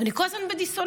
אני כל הזמן בדיסוננס,